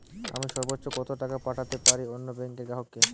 আমি সর্বোচ্চ কতো টাকা পাঠাতে পারি অন্য ব্যাংকের গ্রাহক কে?